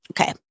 Okay